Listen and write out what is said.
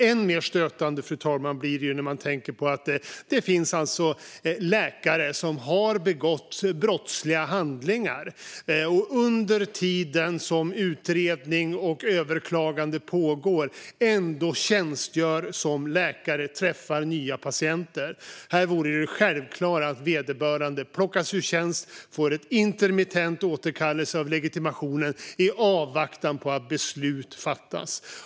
Än mer stötande, fru talman, blir detta när man tänker på att det finns läkare som har begått brottsliga handlingar men som under den tid som utredning och överklagande pågår ändå tjänstgör som läkare och träffar nya patienter. Här vore det självklara att vederbörande plockas ur tjänst och får en intermittent återkallelse av legitimationen i avvaktan på att beslut fattas.